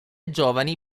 giovani